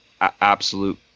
absolute